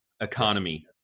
economy